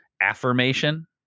affirmation